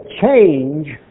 change